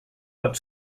what